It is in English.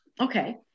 Okay